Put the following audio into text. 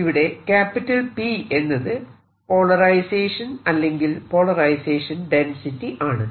ഇവിടെ P എന്നത് polarisation അല്ലെങ്കിൽ പോളറൈസേഷൻ ഡെൻസിറ്റി ആണ്